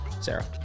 Sarah